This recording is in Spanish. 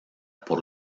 por